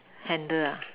handle ah